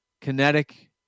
kinetic